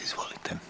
Izvolite.